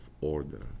order